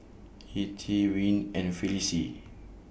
Ethie Wayne and Felice